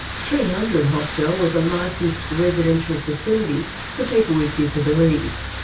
three hundred hostel was a licensed residential facility for people with disabilities.